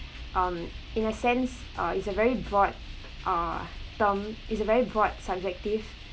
um in a sense uh it's a very broad uh term is a very broad subjective